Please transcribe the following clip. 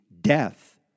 death